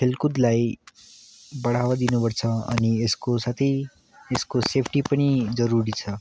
खेलकुदलाई बढावा दिनु पर्छ अनि यसको साथै यसको सेफ्टी पनि जरुरी छ